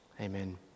Amen